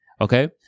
Okay